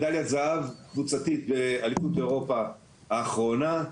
מדליית זהב קבוצתית באליפות אירופה האחרונה,